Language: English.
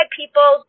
people